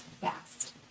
fast